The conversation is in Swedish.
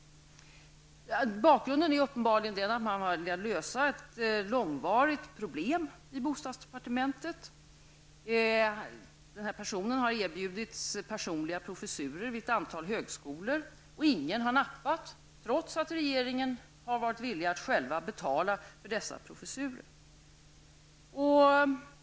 Bakgrunden är uppenbarligen den att man har velat lösa ett långvarigt problem i bostadsdepartementet. Den här personen har erbjudits personliga professurer vid ett antal högskolor, och ingen har nappat, trots att regeringen har varit villig att själv betala för dessa professurer.